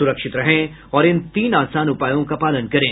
सुरक्षित रहें और इन तीन आसान उपायों का पालन करें